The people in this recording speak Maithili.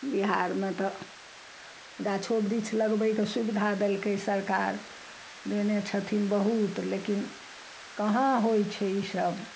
बिहारमे तऽ गाछो वृक्ष लगबयके सुविधा देलकय सरकार देने छथिन बहुत लेकिन कहाँ होइ छै ई सब